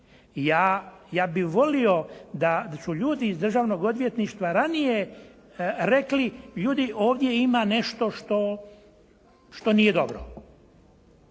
Ja bih volio da su ljudi iz državnog odvjetništva ranije rekli ljudi, ovdje ima nešto što nije dobro.